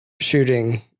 shooting